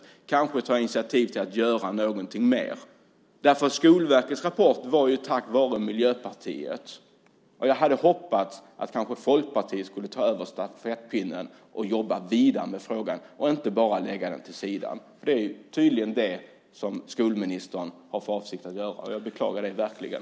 Vi kanske ska ta initiativ till att göra någonting mer. Skolverkets rapport tillkom tack vare Miljöpartiet. Jag hade hoppats att kanske Folkpartiet skulle ta över stafettpinnen och jobba vidare med frågan och inte bara lägga den åt sidan. Det är tydligen det som skolministern har för avsikt att göra, och jag beklagar det verkligen.